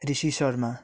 Rishi Sharma